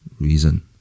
reason